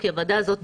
כי הוועדה הזאת,